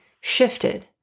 shifted